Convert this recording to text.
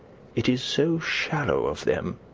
it is so shallow of them.